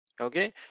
Okay